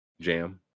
Jam